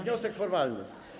Wniosek formalny.